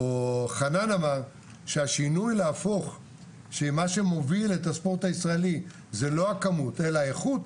חנן אמר שהשינוי במה שמוביל את הספורט הישראלי הוא לא הכמות אלא האיכות.